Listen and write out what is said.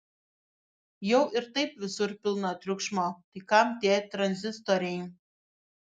jau ir taip visur pilna triukšmo tai kam tie tranzistoriai